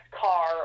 car